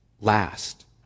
last